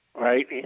Right